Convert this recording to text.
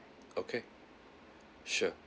okay sure